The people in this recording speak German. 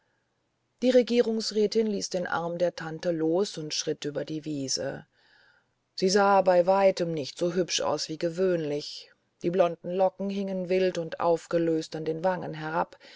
die regierungsrätin ließ den arm der tante los und schritt über die wiese sie sah bei weitem nicht so hübsch aus wie gewöhnlich die blonden locken hingen wild und aufgelöst an den wangen herab